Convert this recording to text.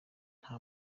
nta